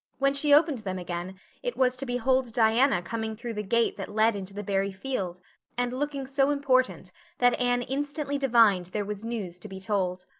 when she opened them again it was to behold diana coming through the gate that led into the barry field and looking so important that anne instantly divined there was news to be told.